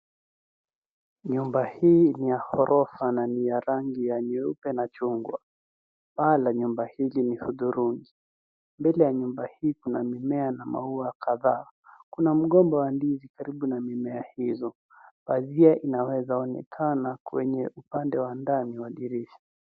Nyumba hii ni ya ghorofa na ni ya rangi ya nyeupe na chungwa. Paa la nyumba hili ni hudhurungi. Mbele ya nyumba hii kuna mimea na maua kadhaa. Kuna mgomba wa ndizi karibu na mimea hizo. Pazia inawezaonekana kwenye upande wa ndani wa dirisha.